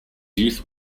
youth